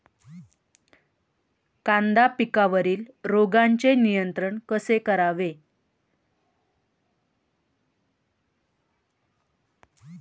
कांदा पिकावरील रोगांचे नियंत्रण कसे करावे?